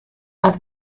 are